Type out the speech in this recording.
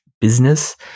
business